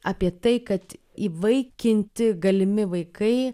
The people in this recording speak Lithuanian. apie tai kad įvaikinti galimi vaikai